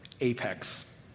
apex